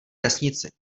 vesnici